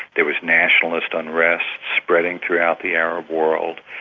there was nationalist unrest spreading throughout the arab world,